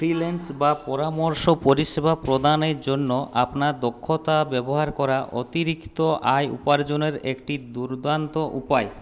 freelance বা পরামর্শ পরিষেবা প্রদানের জন্য আপনার দক্ষতা ব্যবহার করা অতিরিক্ত আয় উপার্জনের একটি দুর্দান্ত উপায়